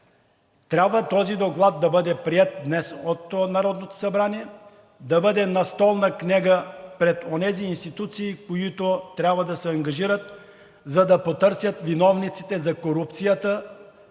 трябва този доклад да бъде приет днес от Народното събрание, да бъде настолна книга пред онези институции, които трябва да се ангажират, за да потърсят виновниците за корупцията